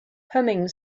humming